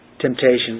Temptations